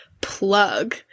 plug